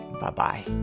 Bye-bye